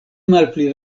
malpli